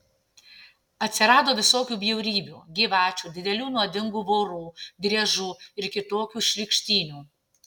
atsirado visokių bjaurybių gyvačių didelių nuodingų vorų driežų ir kitokių šlykštynių